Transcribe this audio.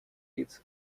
лиц